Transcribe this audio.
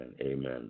Amen